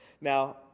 Now